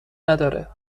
نداره